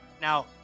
Now